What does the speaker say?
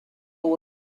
boy